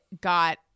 got